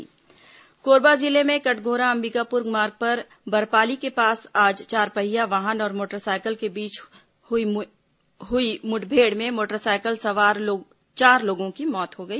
दुर्घटना कोरबा जिले में कटघोरा अंबिकापुर मार्ग पर बरपाली के पास आज चारपहिया वाहन और मोटरसाइकिल के बीच हई भिडंत में मोटरसाइकिल सवार चार लोगों की मौत हो गई